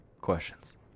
questions